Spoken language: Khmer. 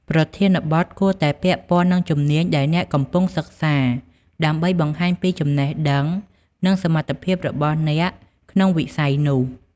ប្រធានបទគួរតែពាក់ព័ន្ធនឹងជំនាញដែលអ្នកកំពុងសិក្សា ដើម្បីបង្ហាញពីចំណេះដឹង និងសមត្ថភាពរបស់អ្នកក្នុងវិស័យនោះ។